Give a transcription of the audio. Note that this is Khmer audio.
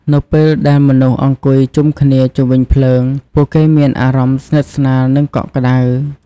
នៅពេលដែលមនុស្សអង្គុយជុំគ្នាជុំវិញភ្លើង ពួកគេមានអារម្មណ៍ស្និទ្ធស្នាល និងកក់ក្ដៅ។